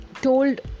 told